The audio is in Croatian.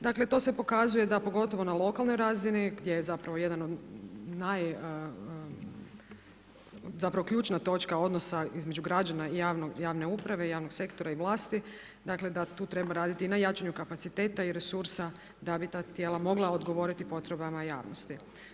Dakle to se pokazuje da pogotovo na lokalnoj razini gdje je zapravo jedan od naj, zapravo ključna točka odnosa između građana i javne uprave i javnog sektora i vlasti, dakle da tu treba raditi i na jačanju kapaciteta i resursa da bi ta tijela mogla odgovoriti potrebama javnosti.